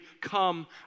come